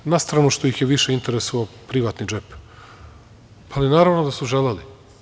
Na stranu što ih je više interesovao privatni džep, ali naravno da su želeli.